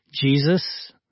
Jesus